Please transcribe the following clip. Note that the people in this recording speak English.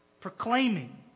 proclaiming